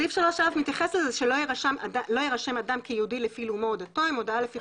סעיף 3א מתייחס לזה ש'לא יירשם אדם כיהודי לפי לאומו או דתו אם הודעה לפי